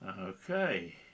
Okay